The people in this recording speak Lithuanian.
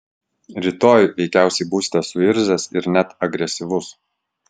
rytoj veikiausiai būsite suirzęs ir net agresyvus